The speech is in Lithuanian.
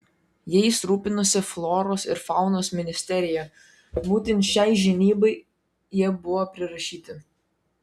jais rūpinosi floros ir faunos ministerija būtent šiai žinybai jie buvo prirašyti